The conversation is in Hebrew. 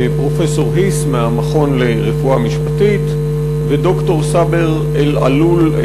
פרופסור היס מהמכון לרפואה משפטית וד"ר סאבר אלעלול,